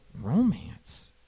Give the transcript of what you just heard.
romance